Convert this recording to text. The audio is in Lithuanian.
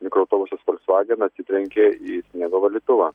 mikroautobusus volkswagen atsitrenkė į sniego valytuvą